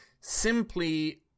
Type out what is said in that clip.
Simply